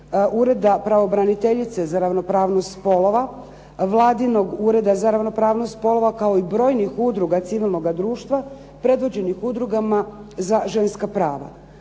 uredba pravobraniteljice za ravnopravnost spolova, vladinog Ureda za ravnopravnost spolova, kao i brojnih udruga civilnoga društva, predvođenih udrugama za ženska prava.